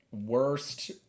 worst